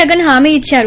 జగన్ హామీ ఇచ్చారు